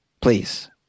Please